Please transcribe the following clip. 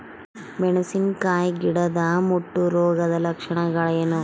ಮೆಣಸಿನಕಾಯಿ ಗಿಡದ ಮುಟ್ಟು ರೋಗದ ಲಕ್ಷಣಗಳೇನು?